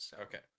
Okay